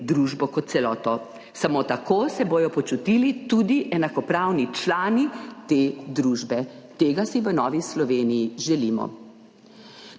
družbo kot celoto. Samo tako se bodo počutili tudi enakopravni člani te družbe. Tega si v Novi Sloveniji želimo.